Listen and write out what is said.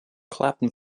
clapton